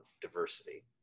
diversity